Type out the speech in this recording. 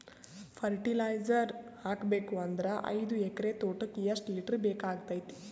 Fertiliser ಹಾಕಬೇಕು ಅಂದ್ರ ಐದು ಎಕರೆ ತೋಟಕ ಎಷ್ಟ ಲೀಟರ್ ಬೇಕಾಗತೈತಿ?